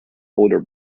older